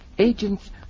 Agents